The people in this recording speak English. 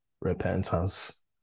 repentance